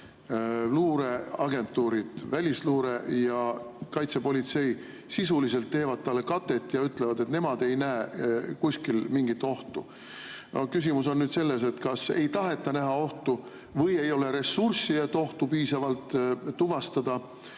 luureagentuurid, välisluure ja kaitsepolitsei, sisuliselt teevad talle katet ja ütlevad, et nemad ei näe kuskil mingit ohtu. Küsimus on selles, et kas ei taheta näha ohtu või ei ole ressurssi, et ohtu piisavalt tuvastada